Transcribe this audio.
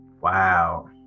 Wow